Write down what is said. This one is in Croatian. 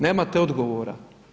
Nemate odgovora.